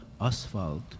asphalt